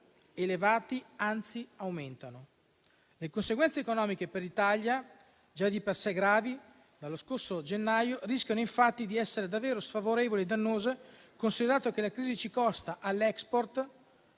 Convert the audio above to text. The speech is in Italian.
elevati, anzi aumentano. Le conseguenze economiche per l'Italia, già di per sé gravi, dallo scorso gennaio rischiano infatti di essere davvero sfavorevoli e dannose, considerato che la crisi costa all'*export*